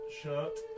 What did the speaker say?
shirt